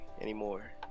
anymore